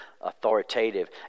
authoritative